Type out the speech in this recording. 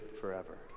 forever